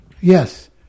Yes